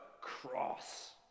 cross